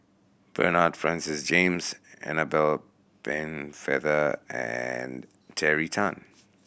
Bernard Francis James Annabel Pennefather and Terry Tan